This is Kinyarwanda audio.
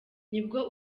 nibwo